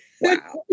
Wow